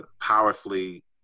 powerfully